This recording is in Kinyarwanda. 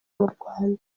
murwanda